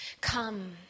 Come